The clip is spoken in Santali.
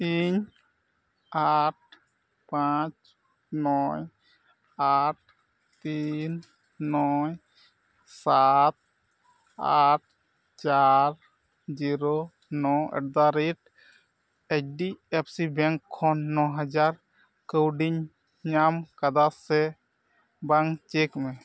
ᱤᱧ ᱟᱴ ᱯᱟᱸᱪ ᱱᱚᱭ ᱟᱴ ᱛᱤᱱ ᱱᱚᱭ ᱥᱟᱛ ᱟᱴ ᱪᱟᱨ ᱡᱤᱨᱳ ᱱᱚ at the rate H D F C bank ᱠᱷᱚᱱ ᱱᱚ ᱦᱟᱡᱟᱨ ᱠᱟᱹᱣᱰᱤᱧ ᱧᱟᱢ ᱠᱟᱫᱟ ᱥᱮ ᱵᱟᱝ ᱪᱮᱠ ᱢᱮ